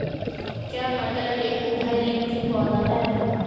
क्या मटर एक उभयलिंगी पौधा है?